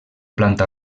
planta